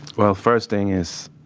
well, first thing is,